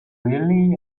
really